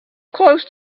close